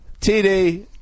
TD